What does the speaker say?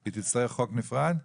היא תצטרך חוק נפרד?